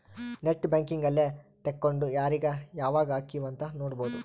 net banking ಅಲ್ಲೆ ತೆಕ್ಕೊಂಡು ಯಾರೀಗ ಯಾವಾಗ ಹಕಿವ್ ಅಂತ ನೋಡ್ಬೊದು